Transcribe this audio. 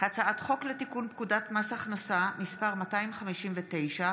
הצעת חוק לתיקון פקודת מס הכנסה (מס' 259)